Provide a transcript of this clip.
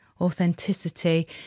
authenticity